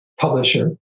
publisher